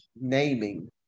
naming